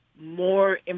more